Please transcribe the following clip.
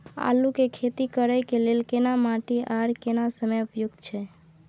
आलू के खेती करय के लेल केना माटी आर केना समय उपयुक्त छैय?